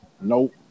Nope